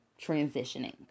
Transitioning